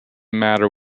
matter